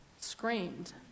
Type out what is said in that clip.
screamed